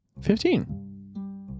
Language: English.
Fifteen